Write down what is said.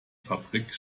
fabrik